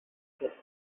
bit